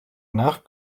nach